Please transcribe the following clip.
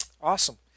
Awesome